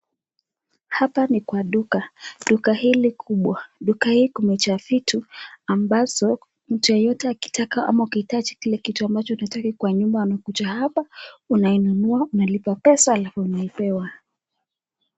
Hapa ni kwa duka, duka hili kubwa ,duka hii kumejaa vitu ambazo mtu yeyote akitaka ama ukihitaji kile kitu ambacho unataka kwa nyumba unakuja hapa unainunua unalipa pesa halafu unapewa.